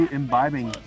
imbibing